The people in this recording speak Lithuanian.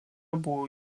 buvo